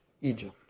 Egypt